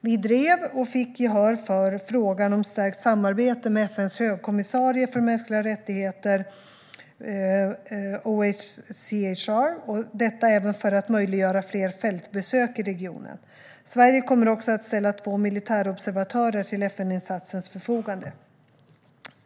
Vi drev, och fick gehör för, frågan om stärkt samarbete med FN:s högkommissarie för mänskliga rättigheter, OHCHR, detta även för att möjliggöra fler fältbesök i regionen. Sverige kommer också att ställa två militärobservatörer till FN-insatsens förfogande.